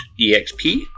exp